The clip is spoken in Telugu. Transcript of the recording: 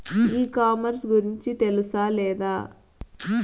ఈ కామర్స్ గురించి తెలుసా లేదా?